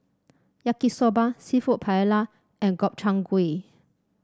Yaki Soba seafood Paella and Gobchang Gui